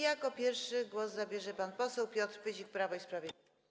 Jako pierwszy głos zabierze pan poseł Piotr Pyzik, Prawo i Sprawiedliwość.